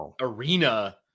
arena